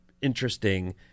interesting